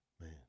Man